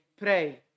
pray